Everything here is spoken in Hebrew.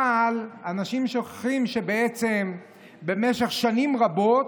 אבל אנשים שוכחים שבעצם במשך שנים רבות,